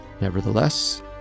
Nevertheless